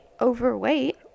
overweight